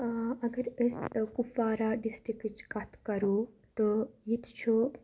اگر أسۍ کُپوارہ ڈِسٹرکٕچ کَتھ کَرو تہٕ ییٚتہِ چھُ